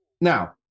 Now